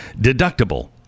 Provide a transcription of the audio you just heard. Deductible